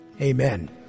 Amen